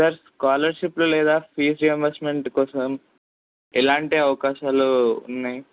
sir స్కాలర్షిప్లు లేదా fee reimbursement కోసం ఎలాంటి అవకాశాలు ఉన్నాయి